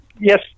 Yes